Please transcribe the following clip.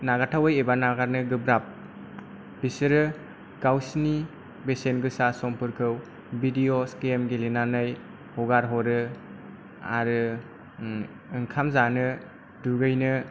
नागारथावै एबा नागारनो गोब्राब बिसोरो गावसिनि बेसेन गोसा समफोरखौ भिडिअस गेम गेलेनानै हगारहरो आरो ओंखाम जानो दुगैनो